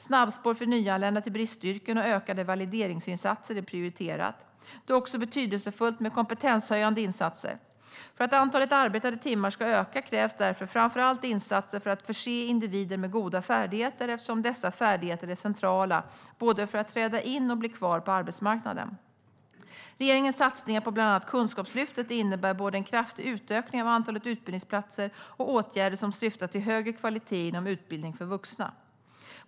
Snabbspår för nyanlända till bristyrken och ökade valideringsinsatser är prioriterat. Det är också betydelsefullt med kompetenshöjande insatser. För att antalet arbetade timmar ska öka krävs därför framför allt insatser för att förse individer med goda färdigheter, eftersom dessa färdigheter är centrala för att träda in och bli kvar på arbetsmarknaden. Regeringens satsningar på bland annat Kunskapslyftet innebär både en kraftig utökning av antalet utbildningsplatser och åtgärder som syftar till högre kvalitet inom utbildning för vuxna.